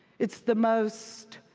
it's the most